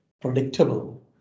predictable